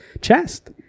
chest